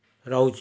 ରହୁଛି